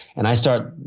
and i start.